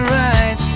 right